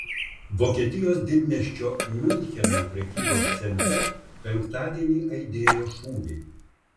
vokietijos didmiesčio miuncheno prekybos centre penktadienį aidėjo šūviai